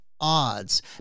Odds